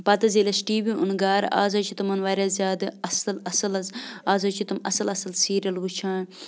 پَتہٕ حظ ییٚلہِ اَسہِ ٹی وی اوٚن گَرٕ آز حظ چھِ تِمَن واریاہ زیادٕ اَصٕل اَصٕل حظ آز حظ چھِ تِم اَصٕل اَصٕل سیٖریَل وٕچھان